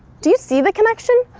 do you see the connection?